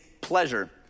pleasure